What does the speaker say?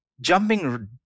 jumping